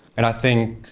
and i think